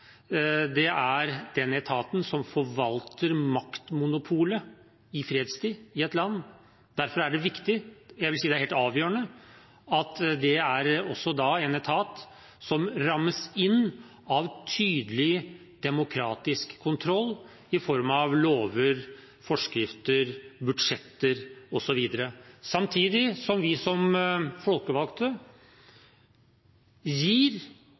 det er den etaten som forvalter maktmonopolet i fredstid i et land. Derfor er det viktig – jeg vil si at det er helt avgjørende – at det også er en etat som rammes inn av tydelig demokratisk kontroll i form av lover, forskrifter, budsjetter osv., samtidig som vi som folkevalgte gir